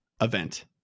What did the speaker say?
event